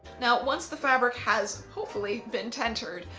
now once the fabric has hopefully been tentered,